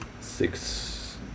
six